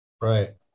Right